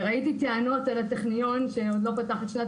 ראיתי טענות כלפי הטכניון שעוד לא פתח בכלל את שנת